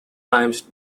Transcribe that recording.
times